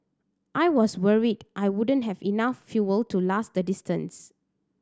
I was worried I wouldn't have enough fuel to last the distance